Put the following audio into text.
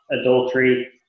adultery